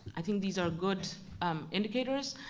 i think these are good indicators.